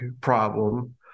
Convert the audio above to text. problem